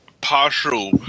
partial